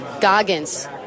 Goggins